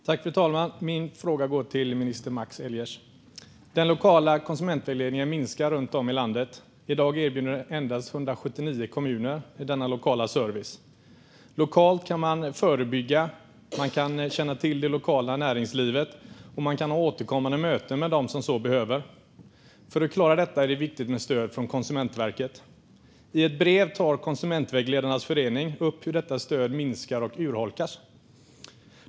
Fru talman! Min fråga går till minister Max Elger. Den lokala konsumentvägledningen minskar runt om i landet. I dag erbjuder endast 179 kommuner denna lokala service. Lokalt kan man förebygga. Man kan känna till det lokala näringslivet, och man kan ha återkommande möten med dem som så behöver. För att klara av detta är det viktigt med stöd från Konsumentverket. I ett brev tar Konsumentvägledarnas förening upp hur detta stöd minskar och urholkas.